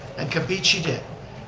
and compete she did,